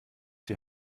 die